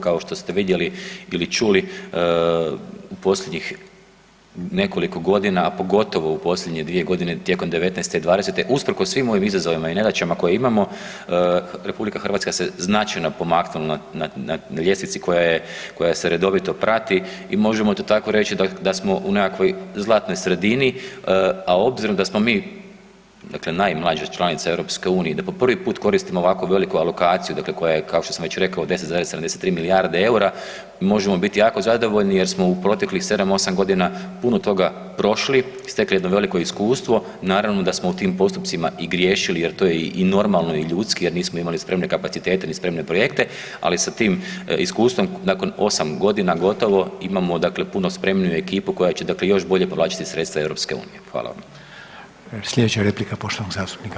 Kao što ste vidjeli ili čuli u posljednjih nekoliko godina, a pogotovo u posljednje 2.g. tijekom '19. i '20. usprkos svim ovim izazovima i nedaćama koje imamo RH se značajno pomaknula na ljestvici koja se redovito prati i možemo to tako reći da smo u nekakvoj zlatnoj sredini, a obzirom da smo mi dakle najmlađa članica EU i da po prvi put koristimo ovako veliku alokaciju, dakle koja je kao što sam već i rekao 10,73 milijarde EUR-a možemo bit jako zadovoljni jer smo u proteklih 7-8.g. puno toga prošli i stekli jedno veliko iskustvo, naravno da smo u tim postupcima i griješili jer to je i normalno i ljudski jer nismo imali spremne kapacitete, ni spremne projekte, ali sa tim iskustvom nakon 8.g. gotovo imamo dakle puno spremniju ekipu koja će dakle još bolje povlačiti sredstva iz EU.